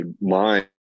mind